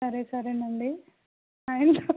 సరే సరేనండి